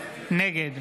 נגד